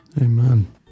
Amen